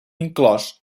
inclòs